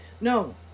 no